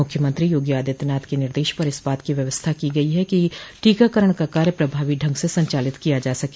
मूख्यमंत्री योगी आदित्यनाथ के निर्देश पर इस बात की व्यवस्था की गई है कि टीकाकरण का कार्य प्रभावी ढंग से संचालित किया जा सके